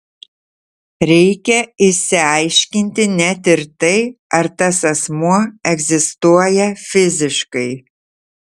reikia išsiaiškinti net ir tai ar tas asmuo egzistuoja fiziškai